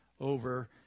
over